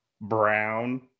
Brown